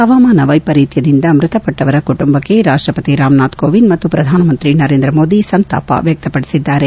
ಹವಾಮಾನ ವೈಪರೀತ್ವದಿಂದ ಮೃತಪಟ್ಟವರ ಕುಟುಂಬಕ್ಕೆ ರಾಷ್ಷಪತಿ ರಾಮನಾಥ್ ಕೋವಿಂದ್ ಮತ್ತು ಪ್ರಧಾನಮಂತ್ರಿ ನರೇಂದ್ರ ಮೋದಿ ಸಂತಾಪ ವ್ಲಕ್ತಪಡಿಸಿದ್ದಾರೆ